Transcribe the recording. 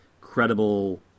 credible